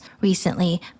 Recently